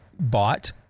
bought